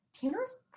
Tanner's